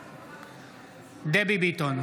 בעד דבי ביטון,